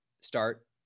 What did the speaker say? start